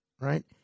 right